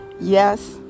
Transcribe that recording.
Yes